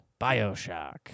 Bioshock